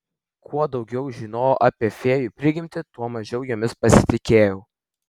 kuo daugiau žinojau apie fėjų prigimtį tuo mažiau jomis pasitikėjau